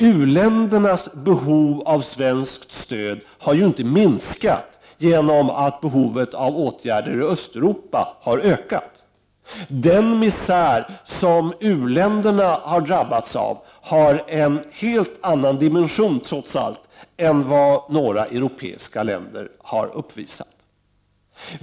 U-ländernas behov av svenskt stöd har ju inte minskat genom att behovet av åtgärder i Östeuropa har ökat. Den misär som u-länderna har drabbats av har en helt annan dimension trots allt än vad några europeiska länder har uppvisat.